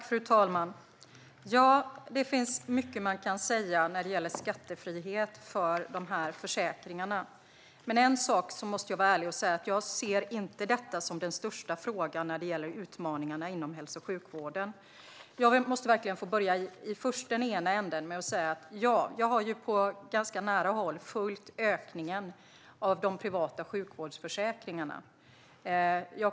Fru talman! Det finns mycket man kan säga när det gäller skattefrihet för de här försäkringarna. Men jag måste vara ärlig och säga att jag inte ser detta som den största frågan när det gäller utmaningarna inom hälso och sjukvården. Jag har på ganska nära håll följt ökningen av de privata sjukvårdsförsäkringarna.